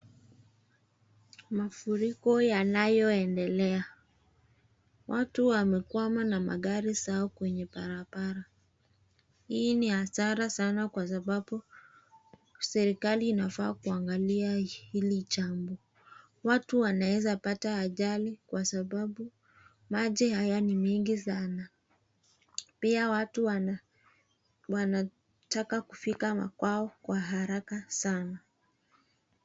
Mafuriko yanayoendelea, watu wamekwama na magari zao kwenye barabara. Hii ni hasara sana kwa sababu serikali inafaa kuangalia hili jambo. Watu wanaeza pata ajali kwa sababu maji haya ni mingi sana pia watu wanataka kufika makwao kwa haraka sana.